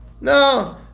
No